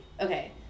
Okay